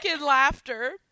laughter